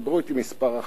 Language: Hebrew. דיברו אתי כמה אחיות.